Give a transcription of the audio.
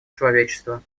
человечества